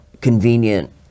convenient